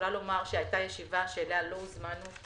היתה ישיבה שלצערי לא הוזמנו אליה.